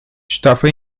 estava